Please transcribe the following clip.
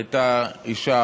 הייתה אישה